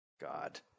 God